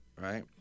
right